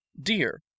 dear